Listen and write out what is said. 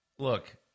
Look